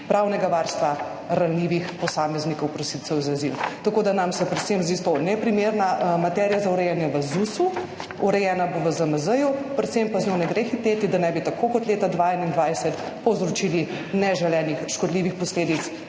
pravnega varstva ranljivih posameznikov prosilcev za azil. Tako da nam se predvsem zdi to neprimerna materija za urejanje v ZUS. Urejena bo v ZMZ, predvsem pa z njo ne gre hiteti, da ne bi tako kot leta 2021 povzročili neželenih škodljivih posledic